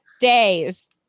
days